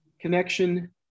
connection